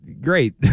great